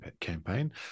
campaign